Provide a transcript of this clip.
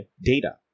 data